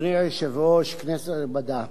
אדוני היושב-ראש, כנסת נכבדה,